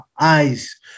eyes